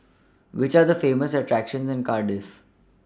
Which Are The Famous attractions in Cardiff